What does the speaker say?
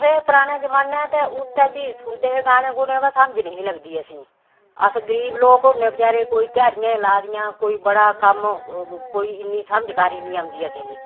पराने जमाने ते उत्तै च ही सुनदे हे गाने गुने बा समझ नेईं ही लगदी असेंगी अस गरीब लोक होन्ने बचारे कोई ध्याड़ियां ही लाई दियां कोई बड़ा कम्म कोई इन्नी समझकारी नी औंदी असेंगी